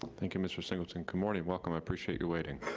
thank you, mr. singleton. good morning, welcome, i appreciate you waiting.